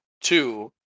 Two